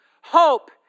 hope